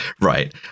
right